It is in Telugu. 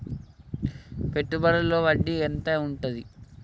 పెట్టుబడుల లో వడ్డీ ఎంత ఉంటది?